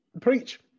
Preach